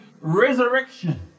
resurrection